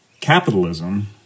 capitalism